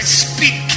speak